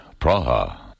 Praha